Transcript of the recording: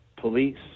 police